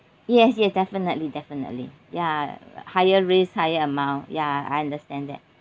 yes yes definitely definitely ya higher risk higher amount ya I understand that